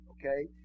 Okay